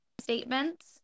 statements